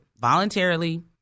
voluntarily